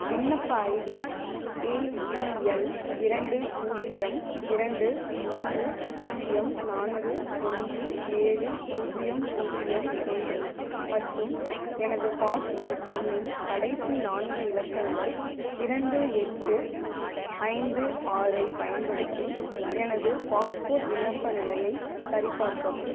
விண்ணப்ப ID A P L இரண்டு பூஜ்ஜியம் இரண்டு மூன்று பூஜ்ஜியம் நான்கு ஒன்று ஏழு பூஜ்ஜியம் பூஜ்ஜியம் ஒன்று மற்றும் எனது பாஸ்போர்ட் எண்ணின் கடைசி நான்கு இலக்கங்கள் இரண்டு எட்டு ஐந்து ஆறு ஐப் பயன்படுத்தி எனது பாஸ்போர்ட் விண்ணப்ப நிலையை சரிபார்க்கவும்